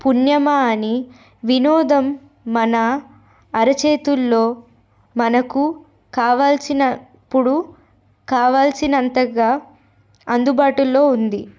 పుణ్యమా అని వినోదం మన అరచేతుల్లో మనకు కావాల్సినప్పుడు కావాల్సినంతగా అందుబాటులో ఉంది